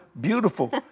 beautiful